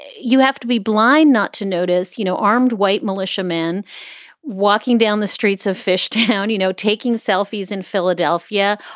you have to be blind not to notice, you know, armed white militiamen walking down the streets of fish town, you know, taking selfies in philadelphia,